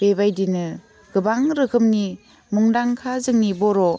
बेबायदिनो गोबां रोखोमनि मुंदांखा जोंनि बर'